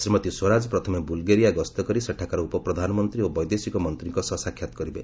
ଶ୍ରୀମତୀ ସ୍ୱରାଜ ପ୍ରଥମେ ବୁଲ୍ଗେରିଆ ଗସ୍ତ କରି ସେଠାକାର ଉପପ୍ରଧାନମନ୍ତ୍ରୀ ଓ ବୈଦେଶିକ ମନ୍ତ୍ରୀଙ୍କ ସହ ସାକ୍ଷାତ କରିବେ